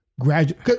graduate